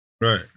right